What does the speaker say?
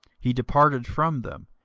he departed from them,